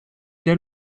der